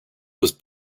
was